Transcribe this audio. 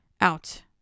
out